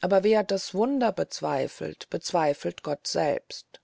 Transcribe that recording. aber wer das wunder bezweifelt bezweifelt gott selbst